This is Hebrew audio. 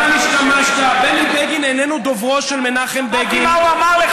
בני בגין איננו דוברו של מנחם בגין.